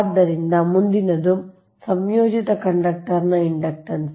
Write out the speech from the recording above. ಆದ್ದರಿಂದ ಮುಂದಿನದು ಸಂಯೋಜಿತ ಕಂಡಕ್ಟರ್ನ ಇಂಡಕ್ಟನ್ಸ್